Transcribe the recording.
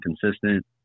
consistent